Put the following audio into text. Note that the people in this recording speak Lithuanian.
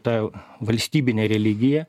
ta valstybinė religija